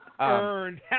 Earned